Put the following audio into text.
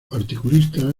articulista